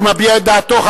הוא מביע את דעתו.